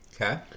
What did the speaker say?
Okay